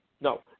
No